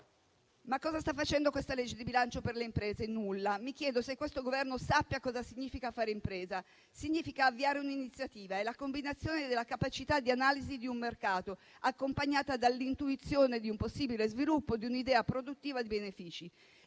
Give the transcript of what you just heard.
Ma cosa sta facendo questa legge di bilancio per le imprese? Nulla. Mi chiedo se questo Governo sappia cosa significa fare impresa: significa avviare un'iniziativa, è la combinazione della capacità di analisi di un mercato accompagnata dall'intuizione di un possibile sviluppo di un'idea produttiva di benefici.